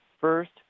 first